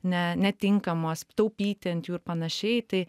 ne netinkamos taupyti ant jų ir panašiai tai